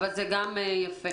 אבל זה גם יפה.